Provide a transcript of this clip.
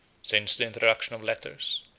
since the introduction of letters,